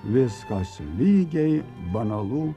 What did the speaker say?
viskas lygiai banalu